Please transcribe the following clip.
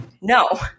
No